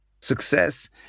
success